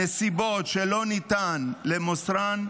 בנסיבות שלא ניתן למוסרם,